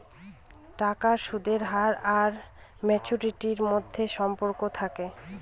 টাকার সুদের হার আর ম্যাচুরিটির মধ্যে সম্পর্ক থাকে